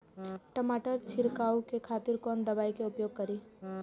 टमाटर छीरकाउ के खातिर कोन दवाई के उपयोग करी?